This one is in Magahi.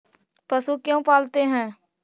पशु क्यों पालते हैं?